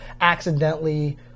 accidentally